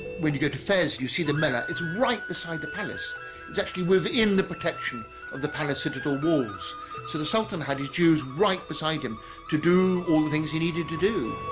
when you go to fez you see the mellah it's right beside the palace it's actually within the protection of the palacitetal walls so the sultan had his jews right beside him to do all the things he needed to do